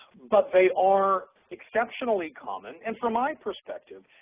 but they are exceptionally common, and from my perspective,